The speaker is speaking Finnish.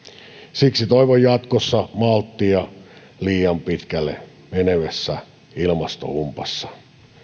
siksi toivon jatkossa malttia liian pitkälle menevässä ilmastohumpassa